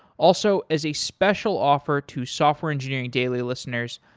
also, as a special offer to software engineering daily listeners,